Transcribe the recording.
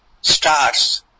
stars